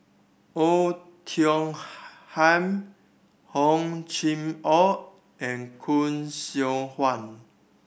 Oei Tiong Ham Hor Chim Or and Khoo Seok Wan